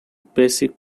basic